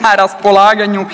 na raspolaganju